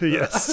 Yes